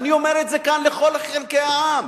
ואני אומר את זה כאן לכל חלקי העם,